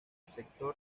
sector